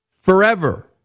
forever